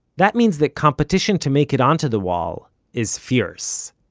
that means that competition to make it onto the wall is fierce.